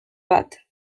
bat